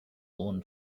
own